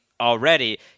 already